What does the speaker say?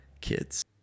kids